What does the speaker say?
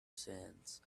sands